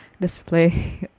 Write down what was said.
display